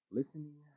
listening